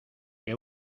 que